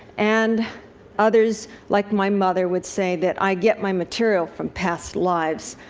and others, like my mother, would say that i get my material from past lives.